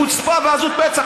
חוצפה ועזות מצח.